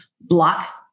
block